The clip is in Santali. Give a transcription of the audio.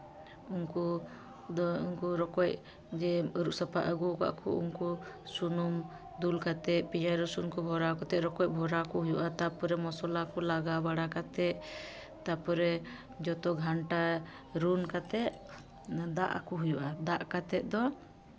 ᱩᱱᱠᱩ ᱫᱚ ᱩᱱᱠᱩ ᱨᱚᱠᱚᱡ ᱡᱮ ᱟᱹᱨᱩᱵ ᱥᱟᱯᱷᱟ ᱟᱹᱜᱩ ᱠᱟᱜ ᱠᱚ ᱥᱩᱱᱩᱢ ᱫᱩᱞ ᱠᱟᱛᱮᱫ ᱯᱮᱸᱭᱟᱡᱽ ᱨᱟᱹᱥᱩᱱ ᱠᱚ ᱵᱷᱚᱨᱟᱣ ᱠᱟᱛᱮᱫ ᱨᱚᱠᱚᱡ ᱵᱷᱚᱨᱟᱣ ᱠᱚ ᱦᱩᱭᱩᱜᱼᱟ ᱛᱟᱨᱯᱚᱨᱮ ᱢᱚᱥᱞᱟ ᱠᱚ ᱞᱟᱜᱟᱣ ᱵᱟᱲᱟ ᱠᱟᱛᱮᱫ ᱛᱟᱨᱯᱚᱨᱮ ᱡᱷᱚᱛᱚ ᱜᱷᱟᱱᱴᱟ ᱨᱩᱱ ᱠᱟᱛᱮᱫ ᱫᱟᱜ ᱟᱠᱚ ᱦᱩᱭᱩᱜᱼᱟ ᱫᱟᱜ ᱫᱟᱜ ᱠᱟᱛᱮᱫ ᱫᱚ